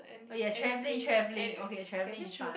oh ya traveling traveling okay traveling is fun